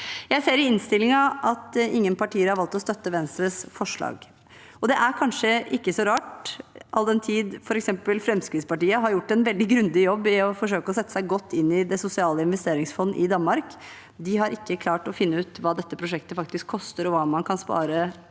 Jeg ser i innstillingen at ingen partier har valgt å støtte Venstres forslag. Det er kanskje ikke så rart, all den tid f.eks. Fremskrittspartiet har gjort en veldig grundig jobb i å forsøke å sette seg godt inn i Den Sociale Investeringsfond i Danmark. De har ikke klart å finne ut hva dette prosjektet faktisk koster, og hva man kan spare i